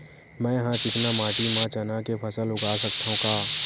मै ह चिकना माटी म चना के फसल उगा सकथव का?